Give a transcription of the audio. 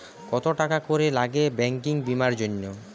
কত টাকা করে লাগে ব্যাঙ্কিং বিমার জন্য?